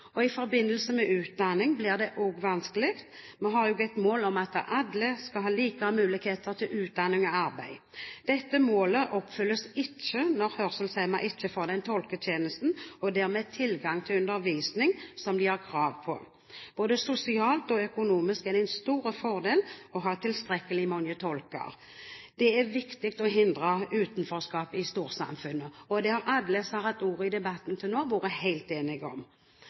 I forbindelse med utdanning blir det også vanskelig. Vi har jo et mål om at alle skal ha like muligheter til utdanning og arbeid. Dette målet oppfylles ikke når hørselshemmede ikke får den tolketjenesten og den tilgang til undervisning som de har krav på. Både sosialt og økonomisk er det en stor fordel å ha tilstrekkelig mange tolker. Det er viktig å hindre utenforskap i storsamfunnet. Det har alle som har hatt ordet i debatten til nå, vært helt enige om.